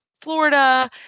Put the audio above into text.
Florida